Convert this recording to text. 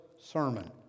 sermon